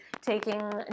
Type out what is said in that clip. taking